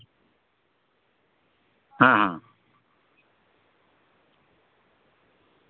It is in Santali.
ᱦᱮᱸ ᱦᱮᱸ